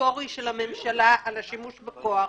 סטטוטורי של הממשלה על השימוש בכוח.